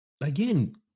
Again